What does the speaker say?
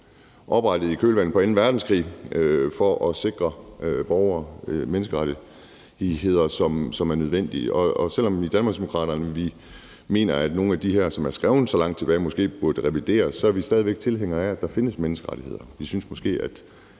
oprettet i kølvandet på anden verdenskrig for at sikre borgere de menneskerettigheder, som er nødvendige. Og selv om vi i Danmarksdemokraterne mener, at nogle af de her, som er skrevet så langt tilbage i tiden, måske burde revideres, er vi stadig væk tilhængere af, der findes menneskerettigheder.